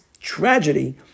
tragedy